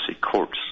courts